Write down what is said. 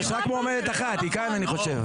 יש רק מועמדת אחת והיא כאן אני חושב.